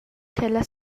ch’ella